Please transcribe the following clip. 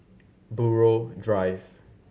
Buroh Drive